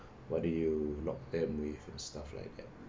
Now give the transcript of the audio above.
what do you lock them with stuff like that